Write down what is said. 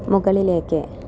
മുകളിലേക്ക്